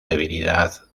debilidad